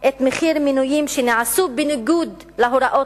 את מחיר המינויים שנעשו בניגוד להוראות